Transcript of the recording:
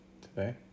today